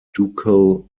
ducal